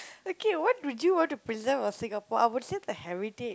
okay what do you want to preserve of Singapore I would say the heritage